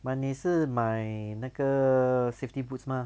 but 你是买那个 safety boots mah